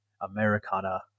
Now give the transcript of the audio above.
Americana